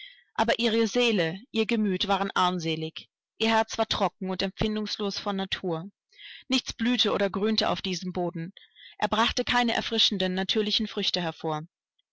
aber ihre seele ihr gemüt waren armselig ihr herz war trocken und empfindungslos von natur nichts blühte und grünte auf diesem boden er brachte keine erfrischenden natürlichen früchte hervor